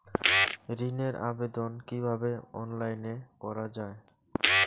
ঋনের আবেদন কিভাবে অনলাইনে করা যায়?